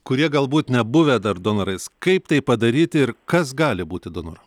kurie galbūt nebuvę dar donorais kaip tai padaryti ir kas gali būti donoru